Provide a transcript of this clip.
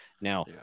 now